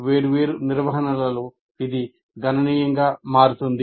వేర్వేరు నిర్వహణలలో ఇది గణనీయంగా మారుతుంది